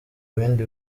bindi